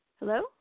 Hello